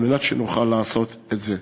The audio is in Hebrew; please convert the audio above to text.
על מנת שנוכל לעשות את זה.